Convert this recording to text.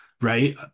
right